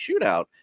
shootout